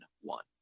one